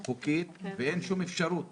חוקית ואין שום אפשרות